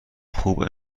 خوب